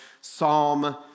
Psalm